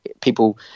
people